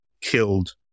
killed